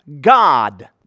god